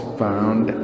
found